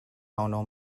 tonal